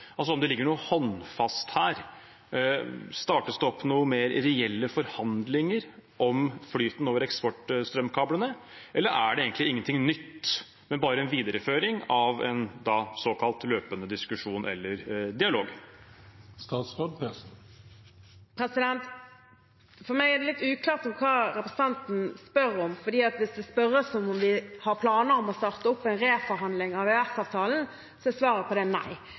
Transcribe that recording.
altså om det ligger noe håndfast her. Startes det opp noen mer reelle forhandlinger om flyten over eksportstrømkablene, eller er det egentlig ingenting nytt, men bare en videreføring av en såkalt løpende diskusjon eller dialog? For meg er det litt uklart hva representanten spør om, for hvis det spørres om vi har planer om å starte opp en reforhandling av EØS-avtalen, er svaret på det nei.